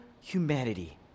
humanity